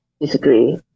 disagree